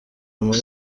muri